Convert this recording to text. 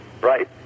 right